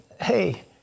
hey